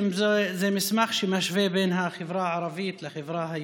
זה מסמך שמשווה בין החברה הערבית לחברה היהודית.